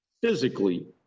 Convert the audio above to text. physically